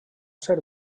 ser